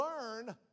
learn